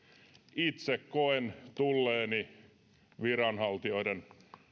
itse koen tulleeni viranhaltijoiden